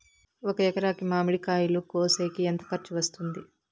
ఒక ఎకరాకి మామిడి కాయలు కోసేకి ఎంత ఖర్చు వస్తుంది?